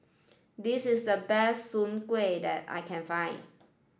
this is the best Soon Kueh that I can find